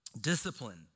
discipline